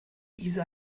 isa